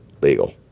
legal